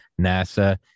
NASA